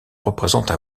représentent